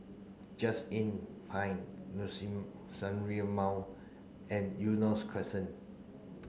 Just Inn Pine Liuxun and Eunos Crescent